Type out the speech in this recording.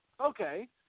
Okay